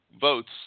votes